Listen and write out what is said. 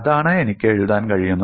അതാണ് എനിക്ക് എഴുതാൻ കഴിയുന്നത്